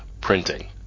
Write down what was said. printing